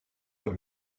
sur